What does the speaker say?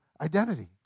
identity